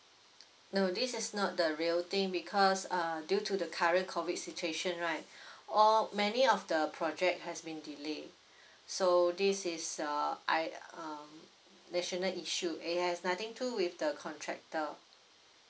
no this is not the real thing because uh due to the current COVID situation right all many of the project has been delayed so this is uh I uh national issue it has nothing do with the contractor